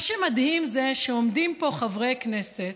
מה שמדהים הוא שעומדים פה חברי כנסת,